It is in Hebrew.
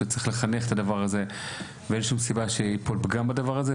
שצריך לתקן את הדבר הזה ואין שום סיבה שיפול פגם בדבר הזה,